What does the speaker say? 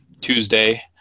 Tuesday